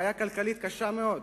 בעיה כלכלית קשה מאוד.